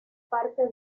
parte